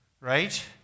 right